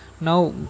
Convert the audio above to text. now